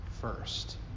first